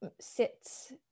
sits